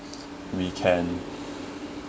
we can